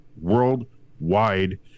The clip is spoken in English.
worldwide